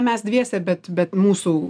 mes dviese bet bet mūsų